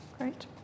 Great